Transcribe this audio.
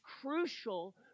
crucial